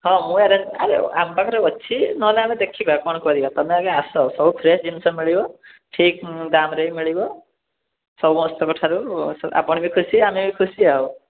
ହଁ ମୁଁ ଆରେଞ୍ଜ ଆରେ ଆମ ପାଖରେ ଅଛି ନହେଲେ ଆମେ ଦେଖିବା କ'ଣ କରିବା ତମେ ଆଗ ଆସ ସବୁ ଫ୍ରେଶ୍ ଜିନିଷ ମିଳିବ ଠିକ୍ ଦାମ୍ରେ ବି ମିଳିବ ସମସ୍ତଙ୍କଠାରୁ ଆପଣ ବି ଖୁସି ଅମେ ବି ଖୁସି ଆଉ